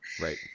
Right